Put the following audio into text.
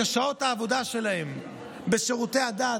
את שעות העבודה שלהם בשירותי הדת,